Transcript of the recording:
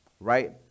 right